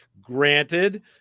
granted